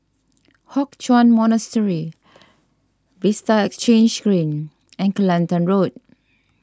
Hock Chuan Monastery Vista Exhange Green and Kelantan Road